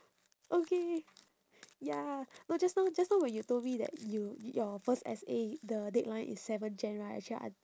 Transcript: okay ya no just now just now when you told me that you your first essay the deadline is seven jan right actually I